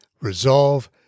resolve